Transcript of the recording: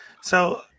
So-